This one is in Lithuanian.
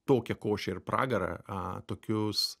tokią košę ir pragarą a tokius